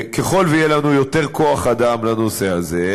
ככל שיהיה לנו יותר כוח-אדם לנושא הזה,